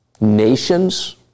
nations